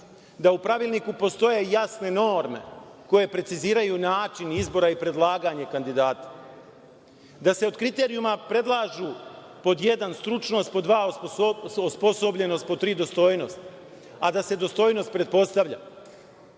da u pravilniku postoje jasne norme koje preciziraju način izbora i predlaganje kandidata, da se od kriterijuma predlažu: pod jedan, stručnost, pod dva, osposobljenost, pod tri, dostojnost, a da se dostojnost pretpostavlja. Zar